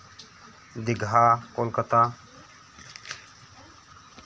Digha Kolkata